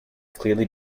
clearly